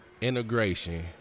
integration